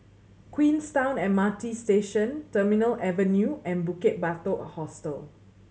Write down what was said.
Queenstown M R T Station Terminal Avenue and Bukit Batok Hostel